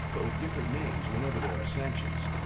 but with different names whenever there are sanctions.